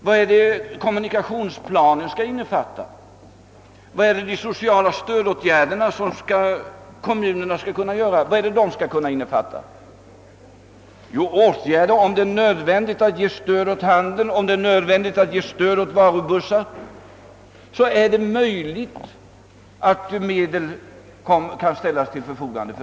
Vad skall kommunikations planen innefatta, vad skall de kommunala stödåtgärderna innefatta? Jo, om det är nödvändigt att ge stöd åt handeln, t.ex. genom inrättande av varubussar, så skall medel kunna ställas till förfogande.